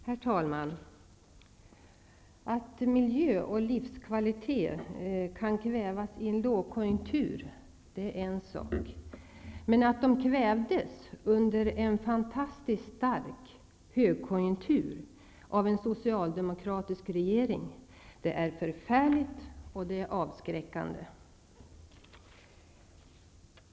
Herr talman! Att miljö och livskvalitet kan kvävas i en lågkonjunktur är en sak, men att de kvävdes under en fantastiskt stark högkonjunktur av en socialdemokratisk regering är förfärligt, och det är avskräckande.